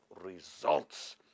results